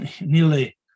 nearly